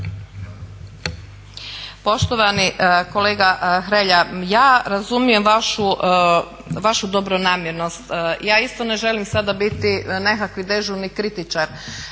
Poštovani kolega Hrelja, ja razumijem vašu dobronamjernost, ja isto ne želim sada biti nekakvi dežurni kritičar